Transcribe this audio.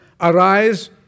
Arise